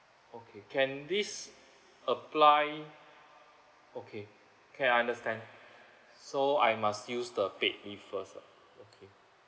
okay can this apply okay K I understand so I must use the paid leave first lah okay